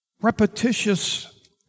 repetitious